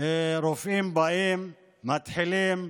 רופאים באים, מתחילים,